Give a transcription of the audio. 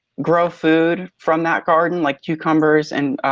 grow food from that garden, like cucumbers, and